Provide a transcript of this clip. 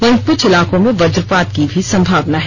वहीं कुछ इलाकों में वजपात की भी संभावना है